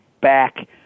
back